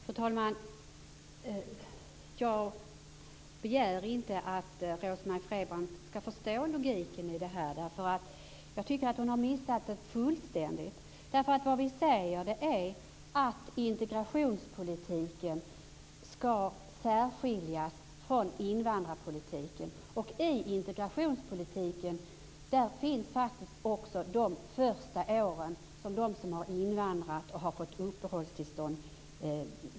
Fru talman! Jag begär inte att Rose-Marie Frebran skall förstå logiken i detta. Hon har missat det hela fullständigt. Vi säger att integrationspolitiken skall särskiljas från invandrarpolitiken. I integrationspolitiken ingår de första åren för dem som har invandrat till Sverige och fått uppehållstillstånd.